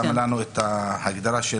ההגדרה של